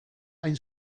hain